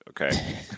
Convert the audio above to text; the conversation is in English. okay